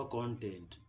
content